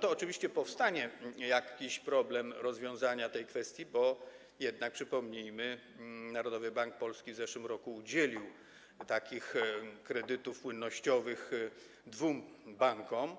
to oczywiście powstanie jakiś problem z rozwiązaniem tej kwestii, bo jednak, przypomnijmy, Narodowy Bank Polski w zeszłym roku udzielił kredytów płynnościowych dwóm bankom.